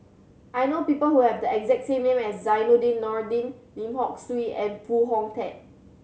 I know people who have the exact name as Zainudin Nordin Lim Hock Siew and Foo Hong Tatt